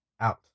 out